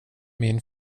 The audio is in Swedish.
min